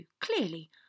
clearly